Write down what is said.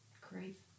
Great